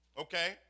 Okay